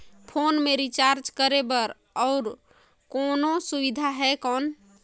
Phone मे recharge करे बर और कोनो सुविधा है कौन?